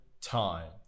time